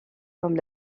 comme